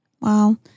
Wow